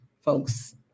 folks